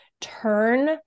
turn